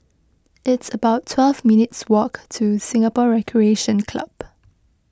it's about twelve minutes' walk to Singapore Recreation Club